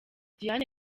diane